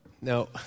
no